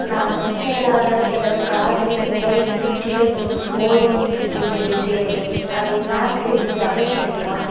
நான் தற்செயலாக எனது கார்ட்டில் LG fifty five inch OLED டிவியைச் சேர்த்தேன் அதை ஸ்னாப்டீலிருந்து அகற்ற முடியுமா